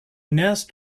nest